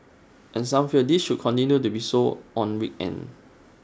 and some feel this should continue to be so on weekends